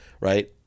Right